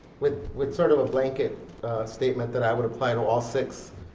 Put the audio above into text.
with with sort of a blanket statement that i would apply to all six,